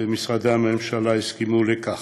ומשרדי הממשלה הסכימו לכך.